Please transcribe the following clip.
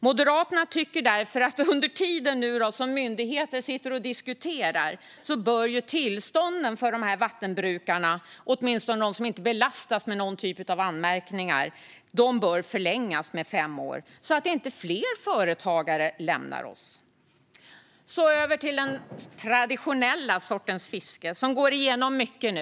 Moderaterna tycker därför att under tiden som myndigheter diskuterar bör tillstånden för vattenbrukarna, åtminstone de som inte belastas med någon typ av anmärkningar, förlängas med fem år så att inte fler företagare lämnar oss. Låt mig gå över till den traditionella sortens fiske, som går igenom mycket nu.